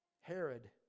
Herod